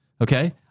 Okay